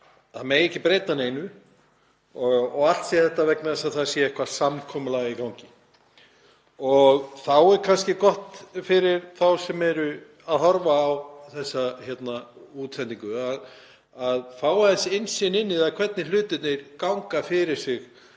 það megi ekki breyta neinu og allt sé þetta vegna þess að það er eitthvert samkomulag í gangi. Þá er kannski gott fyrir þá sem eru að horfa á þessa útsendingu að fá aðeins innsýn í það hvernig hlutirnir ganga fyrir sig